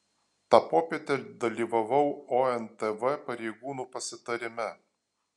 tą popietę dalyvavau ontv pareigūnų pasitarime